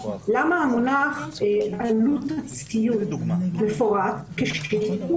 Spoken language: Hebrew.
למה המונח "עלות ציות" מפורט כשהוא